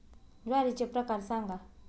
ज्वारीचे प्रकार सांगा